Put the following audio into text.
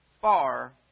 far